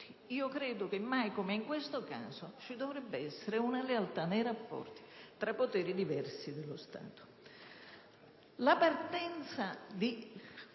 Credo che mai come in questo caso ci dovrebbe essere una lealtà nei rapporti tra i diversi poteri dello Stato.